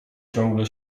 ciągle